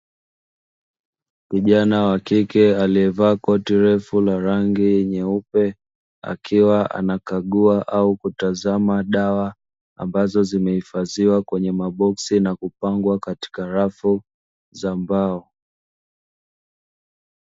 Kijana wa kike aliyevaa koti refu la rangi nyeupe akiwa anakagua au kutazama dawa ambazo zimehifadhiwa kwenye maboksi na kupangwa katika rafu za mbao.